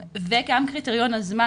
וגם קריטריון הזמן,